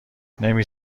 نمی